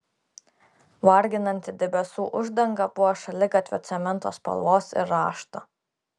varginanti debesų uždanga buvo šaligatvio cemento spalvos ir rašto